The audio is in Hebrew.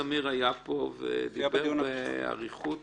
דבי, בבקשה ואחריה יסכה.